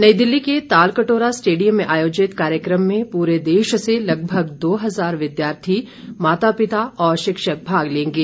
नई दिल्ली के तालकटोरा स्टेडियम में आयोजित कार्यक्रम में पूरे देश से लगभग दो हजार विद्यार्थी माता पिता और शिक्षक भाग लेंगे